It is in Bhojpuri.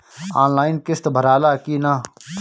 आनलाइन किस्त भराला कि ना?